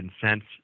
cents